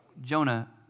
Jonah